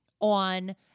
on